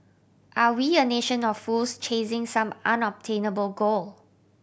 are we a nation of fools chasing some unobtainable goal